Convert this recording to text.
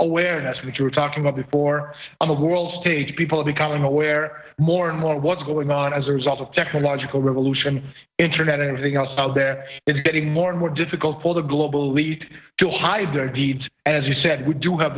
awareness which you were talking about before on the world stage people are becoming aware more and more what's going on as a result of technological revolution internet and anything else out there it's getting more and more difficult for the global wheat to hide their deeds and as you said we do have